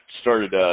started